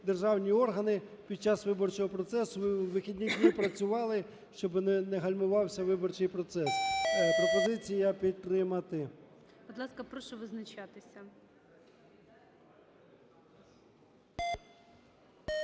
державні органи під час виборчого процесу у вихідні дні працювали, щоби не гальмувався виборчій процес. Пропозиція підтримати. ГОЛОВУЮЧИЙ. Будь ласка, прошу визначатися.